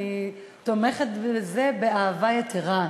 אני תומכת בזה באהבה יתרה.